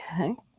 Okay